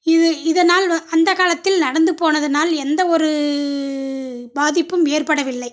இது இதனால் அந்த காலத்தில் நடந்து போனதினால் எந்த ஒரு பாதிப்பும் ஏற்படவில்லை